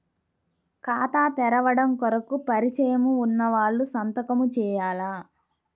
ఖాతా తెరవడం కొరకు పరిచయము వున్నవాళ్లు సంతకము చేయాలా?